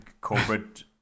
corporate